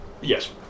Yes